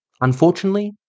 Unfortunately